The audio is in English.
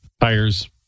tires